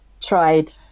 tried